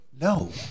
No